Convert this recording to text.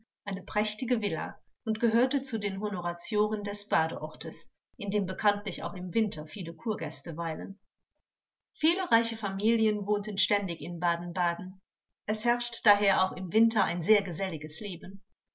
eine prächtige villa und gehörte zu den honoratioren des badeortes in dem bekanntlich auch im winter viele kurgäste weilen viele reiche familien wohnen ständig in baden-baden es herrscht daher auch im winter ein sehr geselliges leben